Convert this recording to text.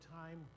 time